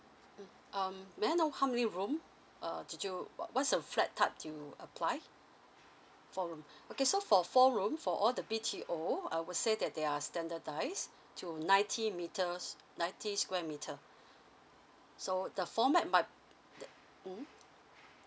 mm um may I know how many room uh did you what's the flat type you apply four room okay so for four room for all the B_T_O I would say that they are standardise to ninety meters ninety square meter so the format might th~ mm